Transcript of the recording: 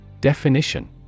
Definition